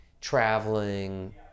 traveling